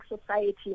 society